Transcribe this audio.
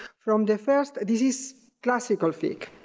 from the first, this is classical.